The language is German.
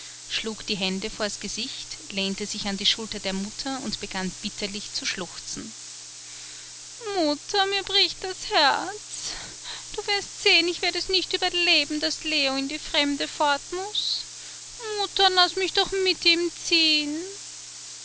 schlug die hände vor das gesicht lehnte sich an die schulter der mutter und begann bitterlich zu schluchzen mutter mir bricht das herz du wirst sehen ich werde es nicht überleben daß leo in die fremde fort muß mutter laßt mich doch mit ihm ziehen